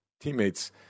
teammates